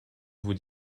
vous